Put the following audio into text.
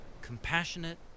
Compassionate